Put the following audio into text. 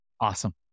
awesome